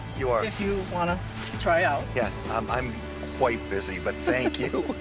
you are? if you wanna try out. yeah i'm i'm quite busy but thank you.